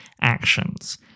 actions